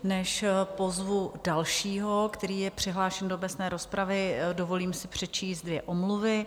Než pozvu dalšího, který je přihlášen do obecné rozpravy, dovolím si přečíst dvě omluvy.